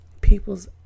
people's